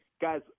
guys